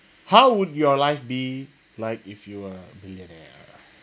how would your life be like if you were a millionaire